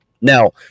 Now